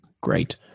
Great